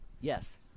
yes